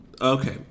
Okay